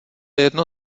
jedno